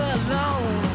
alone